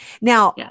now